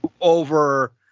over